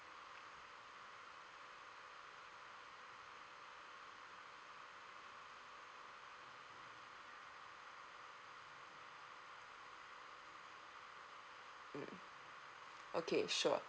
mm okay sure